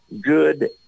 good